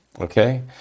okay